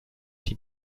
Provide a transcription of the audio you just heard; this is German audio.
die